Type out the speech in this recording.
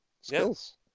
Skills